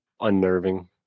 unnerving